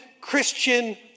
Christian